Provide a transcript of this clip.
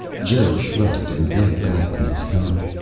joe shrugged and lay back on his cot.